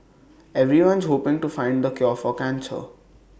everyone's hoping to find the cure for cancer